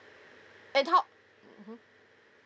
and top mm mmhmm